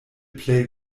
plej